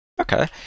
Okay